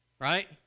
right